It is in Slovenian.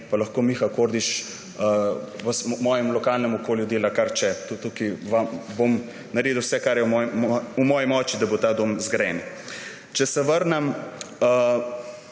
pa lahko Miha Kordiš v mojem lokalnem okolju dela, kar hoče. Tukaj bom naredil vse, kar je v moji moči, da bo ta dom zgrajen. Četrta